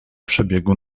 przebiegu